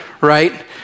right